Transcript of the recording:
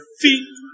feet